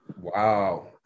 Wow